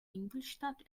ingolstadt